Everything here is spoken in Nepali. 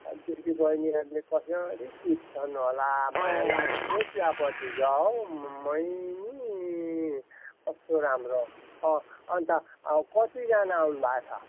दिदी बहिनीहरूले कसरी टिप्छन् होला मायालाग्दो चियापत्ती छ हौ अमुइनी कस्तो राम्रो अन्त कतिजना आउनु भएको छ